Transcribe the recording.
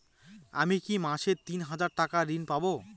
আমি কি মাসে তিন হাজার টাকার ঋণ পাবো?